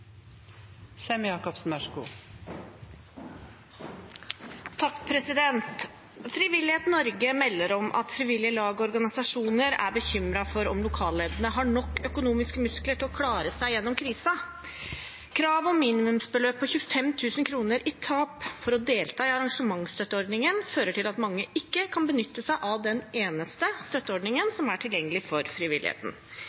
er bekymret for om lokalleddene har nok økonomiske muskler til å klare seg igjennom krisen. Kravet om minimumsbeløp på 25 000 kroner i tap for å delta i arrangementstøtteordningen fører til at mange ikke kan benytte seg av den